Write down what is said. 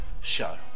show